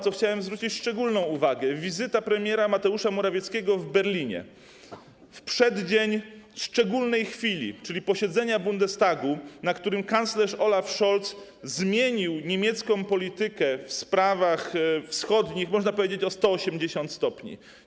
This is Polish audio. Chciałem zwrócić szczególną uwagę na wizytę premiera Mateusza Morawieckiego w Berlinie w przeddzień szczególnej chwili, czyli posiedzenia Bundestagu, na którym kanclerz Olaf Scholz zmienił niemiecką politykę w sprawach wschodnich o, można powiedzieć, 180 stopni.